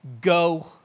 go